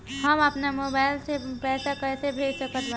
हम अपना मोबाइल से पैसा कैसे भेज सकत बानी?